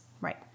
Right